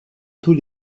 tous